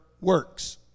works